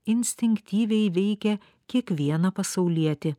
instinktyviai veikia kiekvieną pasaulietį